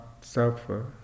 suffer